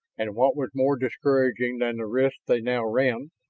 and what was more discouraging than the risk they now ran,